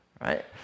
Right